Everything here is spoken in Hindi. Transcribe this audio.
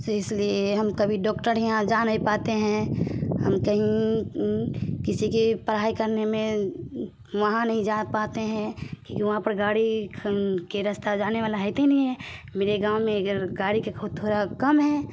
फिर इसीलिए हम कभी डॉक्टर यहाँ जा नहीं पाते हैं हम कहीं किसी की पढ़ाई करने में वहाँ नहीं जा पाते हैं क्योंकि वहाँ पर गाड़ी के रास्ता जाने वाला रहता ही नहीं है मेरे गाँव में अगर गाड़ी के ओ थोड़ा कम है